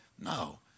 No